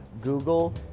Google